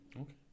okay